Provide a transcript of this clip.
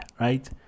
right